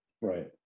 Right